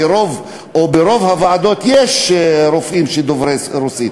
כי ברוב הוועדות יש רופאים שהם דוברי רוסית,